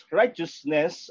righteousness